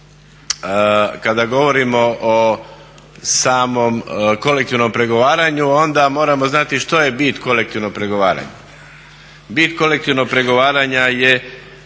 kada govorimo o samom kolektivnom pregovaranju onda moramo znati što je bit kolektivnog pregovaranja. Bit kolektivnog pregovaranja je